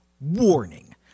Warning